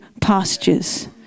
pastures